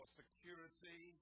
security